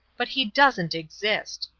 but he doesn't exist.